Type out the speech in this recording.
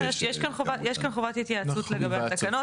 יש כאן חובת התייעצות לגבי התקנות.